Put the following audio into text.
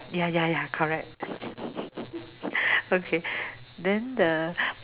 ya ya ya correct okay then the